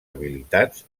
habilitats